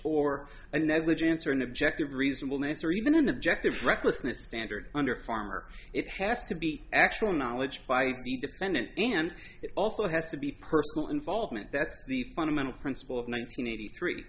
a negligence or an objective reasonable nacer even an object of recklessness standard under farmer it has to be actual knowledge by the defendant and it also has to be personal involvement that's the fundamental principle of nine hundred eighty three